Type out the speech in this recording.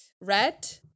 Red